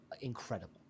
incredible